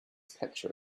picture